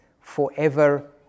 forever